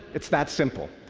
it's that simple.